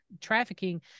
trafficking